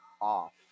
off